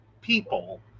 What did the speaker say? people